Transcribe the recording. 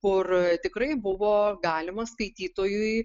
kur tikrai buvo galima skaitytojui